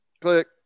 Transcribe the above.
Click